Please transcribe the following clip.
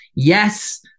Yes